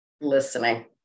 listening